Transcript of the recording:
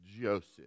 Joseph